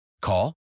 Call